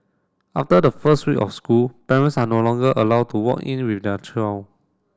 after the first week of school parents are no longer allowed to walk in with their child